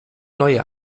neue